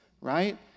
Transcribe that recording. right